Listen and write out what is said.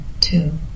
two